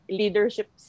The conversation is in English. leadership